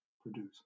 produce